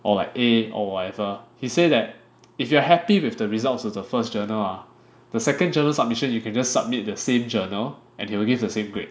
or like A or whatever he say that if you are happy with the results of the first journal ah the second journal submission you can just submit the same journal and he will give the same grade